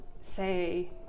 say